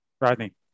Rodney